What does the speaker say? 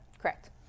correct